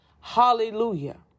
Hallelujah